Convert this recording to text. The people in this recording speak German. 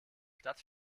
stadt